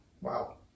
Wow